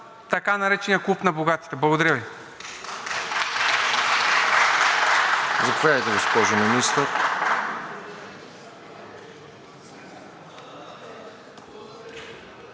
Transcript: така наречения Клуб на богатите? Благодаря Ви.